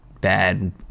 bad